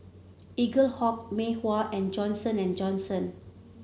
Eaglehawk Mei Hua and Johnson And Johnson